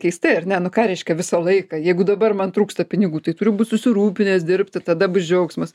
keistai ar ne nu ką reiškia visą laiką jeigu dabar man trūksta pinigų tai turiu būt susirūpinęs dirbti tada bus džiaugsmas